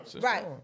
right